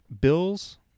Bills